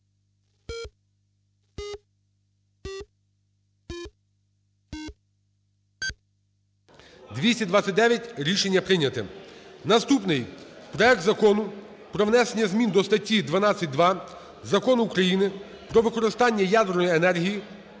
За-229 Рішення прийнято. Наступний – проект Закону про внесення змін до статті 12-2 Закону України "Про використання ядерної енергії